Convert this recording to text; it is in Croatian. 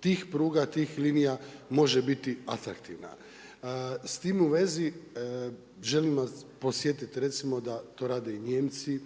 tih pruga, tih linija može biti atraktivna. S tim u vezi želim vas podsjetiti da to rade i Nijemci,